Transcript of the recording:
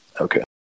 Okay